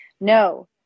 No